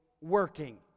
working